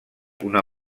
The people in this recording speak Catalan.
una